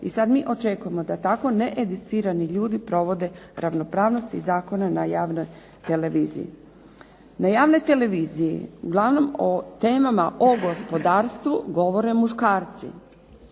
I sad mi očekujemo da tako needucirani ljudi provode neravnopravnost i zakone na javnoj televiziji. Na javnoj televiziji uglavnom o temama o gospodarstvu govore muškarci,